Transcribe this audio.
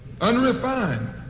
unrefined